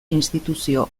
instituzio